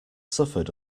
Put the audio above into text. suffered